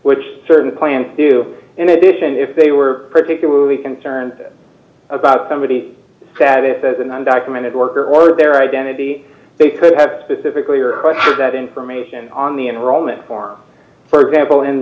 which certain plans do in addition if they were particularly concerned about somebody's status as an undocumented worker or their identity they could have specifically or that information on the enrollment form for example in